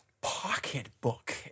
pocketbook